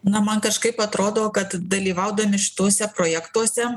na man kažkaip atrodo kad dalyvaudami šituose projektuose